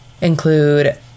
include